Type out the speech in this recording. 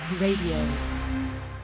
Radio